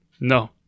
No